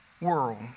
world